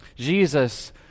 Jesus